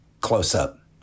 close-up